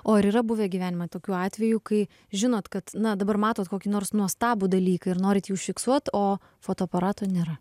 o ar yra buvę gyvenime tokių atvejų kai žinot kad na dabar matot kokį nors nuostabų dalyką ir norit jį užfiksuot o fotoaparato nėra